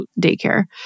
daycare